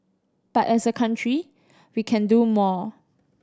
but as a country we can do more